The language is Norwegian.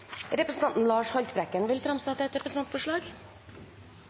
Representanten Lars Haltbrekken vil framsette et representantforslag.